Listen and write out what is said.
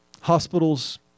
hospitals